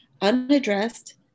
unaddressed